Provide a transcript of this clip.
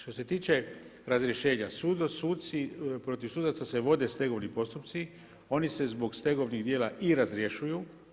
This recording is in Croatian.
Što se tiče razrješenja, suci, protiv sudaca se vode stegovni postupci, oni se zbog stegovnih djela i razrješuju.